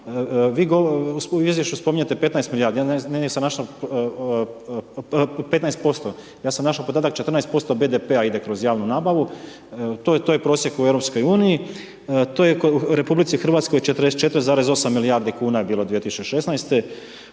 izvješću spominjete 15 milijardi, negdje sam našao 15% ja sam našao podatak 14% BDP-a ide kroz javnu nabavu. To je prosjek u EU. To je u RH 44,8 milijardi kn je bilo 2016.